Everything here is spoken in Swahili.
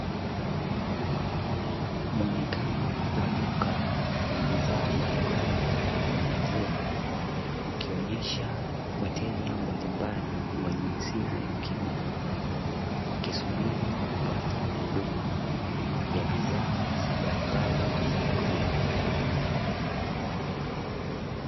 Muonekano wa duka la bidhaa mbalimbali za maziwa, ukionyesha wateja mbalimbali wa jinsia ya kiume, wakisubiri kupata huduma ya bidhaa mbalimbali za maziwa.